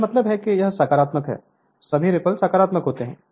मेरा मतलब है कि यह सकारात्मक है सभी रीपल सकारात्मक होंगे